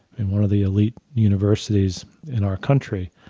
in one of the elite universities in our country,